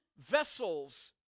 vessels